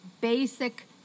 basic